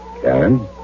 Karen